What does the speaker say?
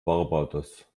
barbados